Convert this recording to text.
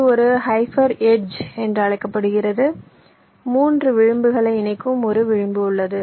இது ஒரு hyper edge என்று அழைக்கப்படுகிறது 3 விளிம்புகளை இணைக்கும் ஒரு விளிம்பு உள்ளது